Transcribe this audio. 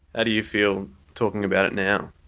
how do you feel talking about it now?